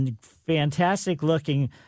fantastic-looking